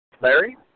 Larry